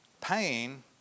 pain